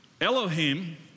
Elohim